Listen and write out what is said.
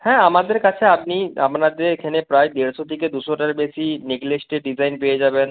হ্যাঁ আমাদের কাছে আপনি আপনার যে এখানে প্রায় দেড়শো থেকে দুশোটার বেশি নেকলেস সেটের ডিজাইন পেয়ে যাবেন